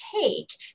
take